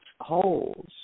holes